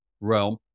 realm